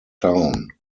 town